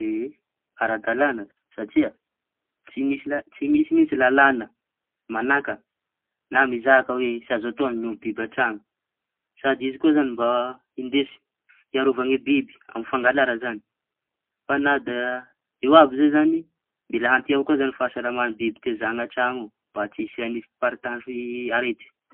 Ie, ara-dalàña satria tsy misy la tsy misy mihitsy lalàña mañaka na mizaka hoe tsy azo ato ny miompy biby an-traño. Sady izy koa zañy mba hindesy hiarova ny biby amy fangalara zañy. Fa ny dia eo àby zay zañy mila antia koa zañy fahasalama biby an-traño ao mba tsy hisia i fiparitaha i arety.